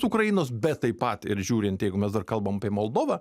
ukrainos bet taip pat ir žiūrint jeigu mes dar kalbam apie moldovą